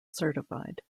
certified